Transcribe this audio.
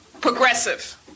progressive